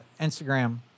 instagram